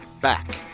back